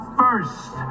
first